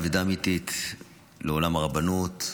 אבדה אמיתית לעולם הרבנות,